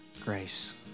grace